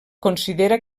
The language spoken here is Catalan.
considera